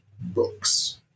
books